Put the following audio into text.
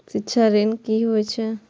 शिक्षा ऋण की होय छै?